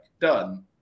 Done